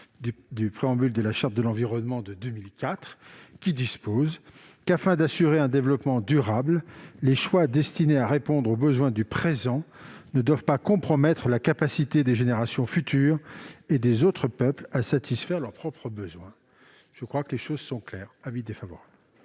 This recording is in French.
du préambule de la Charte de l'environnement de 2004, qui dispose que, « afin d'assurer un développement durable, les choix destinés à répondre aux besoins du présent ne doivent pas compromettre la capacité des générations futures et des autres peuples à satisfaire leurs propres besoins ». Les choses sont claires, l'avis est donc défavorable.